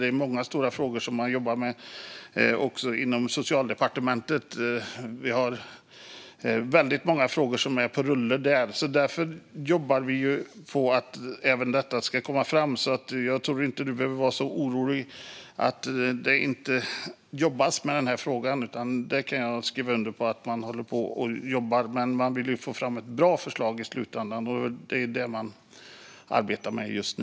Det är många stora frågor som regeringen jobbar med också inom Socialdepartementet. Det är väldigt många frågor som är på rull där. Därför jobbar man på att även detta ska komma fram. Jag tror därför inte att ledamoten behöver vara så orolig över att det inte jobbas med denna fråga. Jag kan skriva under på att man jobbar med den. Men man vill få fram ett bra förslag i slutändan.